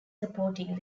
supporting